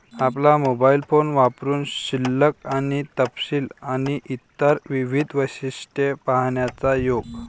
आपला mobile phone वापरुन शिल्लक आणि तपशील आणि इतर विविध वैशिष्ट्ये पाहण्याचा योग